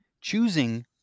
choosing